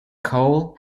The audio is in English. coal